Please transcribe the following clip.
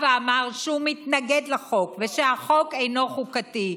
בא ואמר שהוא מתנגד לחוק ושהחוק אינו חוקתי.